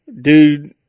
Dude